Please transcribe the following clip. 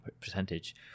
percentage